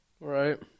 right